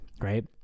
Right